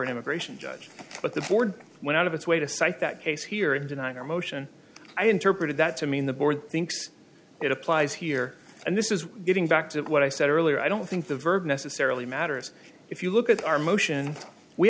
an immigration judge but the board went out of its way to cite that case here in denying our motion i interpreted that to mean the board thinks it applies here and this is getting back to what i said earlier i don't think the verb necessarily matters if you look at our motion we